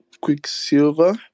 Quicksilver